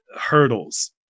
hurdles